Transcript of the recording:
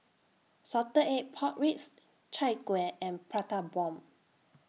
Salted Egg Pork Ribs Chai Kueh and Prata Bomb